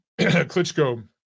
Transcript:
Klitschko